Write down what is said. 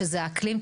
שזה האקלים.